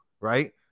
right